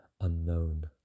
unknown